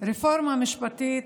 רפורמה משפטית,